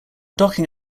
docking